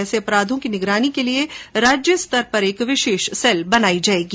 ऐसे अपराधों की निगरानी के लिये राज्य स्तर पर एक विशेष सेल बनाई जायेगी